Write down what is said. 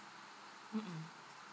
mm mm